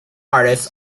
artists